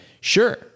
sure